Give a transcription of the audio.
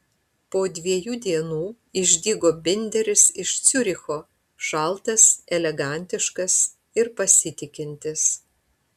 po dviejų dienų išdygo binderis iš ciuricho šaltas elegantiškas ir pasitikintis